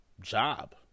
job